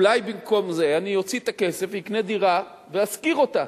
אולי במקום זה אני אוציא את הכסף ואקנה דירה ואשכיר אותה.